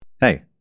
Hey